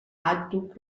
àdhuc